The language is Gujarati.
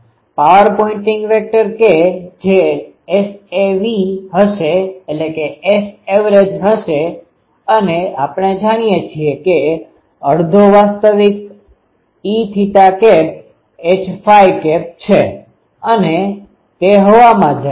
પાવર પોઇંટિંગ વેક્ટર કે જે Sav હશે અને આપણે જાણીએ છીએ કે અડધો વાસ્તવિક EH છે અને તે હવામાં જાય છે